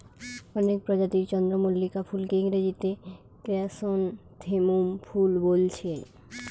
অনেক প্রজাতির চন্দ্রমল্লিকা ফুলকে ইংরেজিতে ক্র্যাসনথেমুম ফুল বোলছে